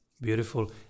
beautiful